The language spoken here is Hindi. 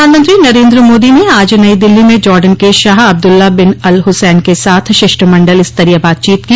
प्रधानमंत्री नरेन्द्र मोदी ने आज नई दिल्ली में जार्डन के शाह अब्दुल्ला बिन अल हुसैन के साथ शिष्टामण्डल स्तलरीय बातचीत की